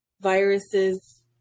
viruses